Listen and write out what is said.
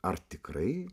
ar tikrai